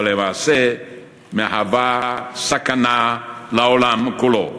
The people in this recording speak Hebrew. אבל למעשה היא מהווה סכנה לעולם כולו.